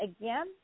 Again